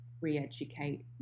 re-educate